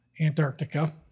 Antarctica